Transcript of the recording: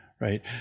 Right